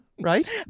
right